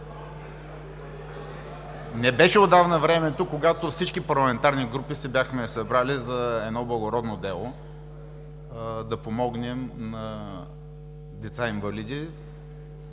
Не беше отдавна времето, когато всички парламентарни групи се бяхме събрали за едно благородно дело – да помогнем на деца инвалиди